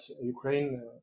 Ukraine